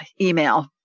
email